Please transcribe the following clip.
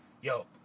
Yo